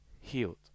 healed